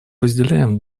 разделяем